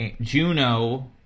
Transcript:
Juno